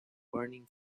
burning